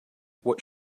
what